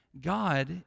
God